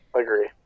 Agree